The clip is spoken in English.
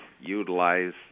utilize